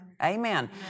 Amen